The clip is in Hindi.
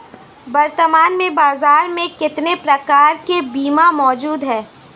वर्तमान में बाज़ार में कितने प्रकार के बीमा मौजूद हैं?